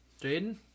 Jaden